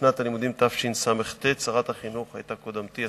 שנת הלימודים תשס"ט שרת החינוך היתה קודמתי,